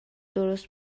درست